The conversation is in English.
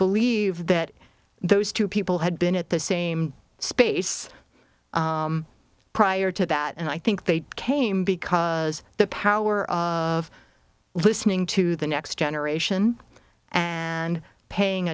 believe that those two people had been at the same space prior to that and i think they came because the power of listening to the next generation and paying